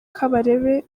kabarebe